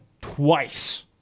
twice